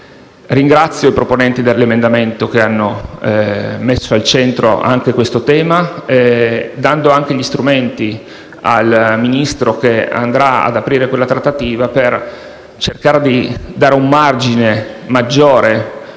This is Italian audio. Ringrazio i proponenti dell'emendamento che hanno messo al centro anche questo tema, dando al Ministro che andrà ad aprire quella trattativa gli strumenti per cercare di dare un margine maggiore